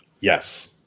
Yes